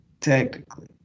technically